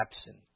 absent